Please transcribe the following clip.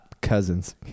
cousins